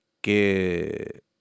que